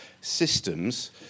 systems